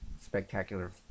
spectacular